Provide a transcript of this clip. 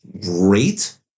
great